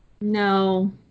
no